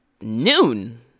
noon